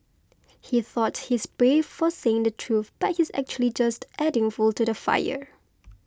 he thought he's brave for saying the truth but he's actually just adding fuel to the fire